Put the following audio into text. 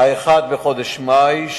האחד בחודש מאי,